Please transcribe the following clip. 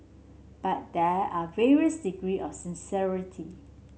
but there are varies degree of sincerity